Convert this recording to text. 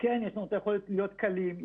יש יכולת להיות קלים,